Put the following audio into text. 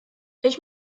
ich